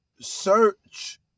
search